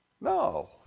No